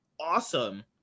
awesome